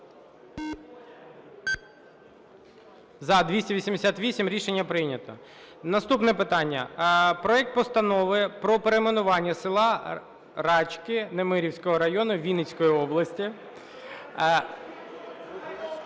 За-288 Рішення прийнято. Наступне питання. Проект Постанови про перейменування села Рачки Немирівського району Вінницької області.